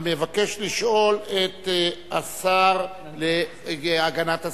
המבקש לשאול את השר להגנת הסביבה,